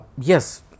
yes